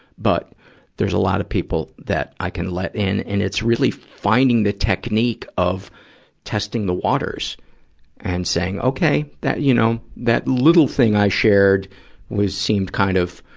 but there's a lot of people that i can let in. and it's really finding the technique of testing the waters and saying, okay, that you know that little thing i shared was, seemed kind of,